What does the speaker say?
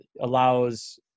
allows